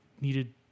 needed